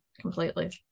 completely